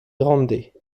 grandes